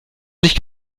nicht